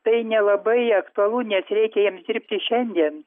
tai nelabai aktualu nes reikia jiems dirbti šiandien